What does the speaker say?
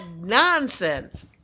nonsense